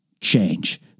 change